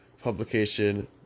publication